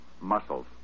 Muscles